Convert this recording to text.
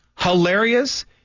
hilarious